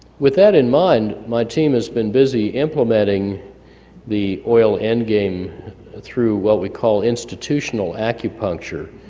with that in mind my team has been busy implementing the oil endgame through what we call institutional acupuncture,